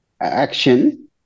action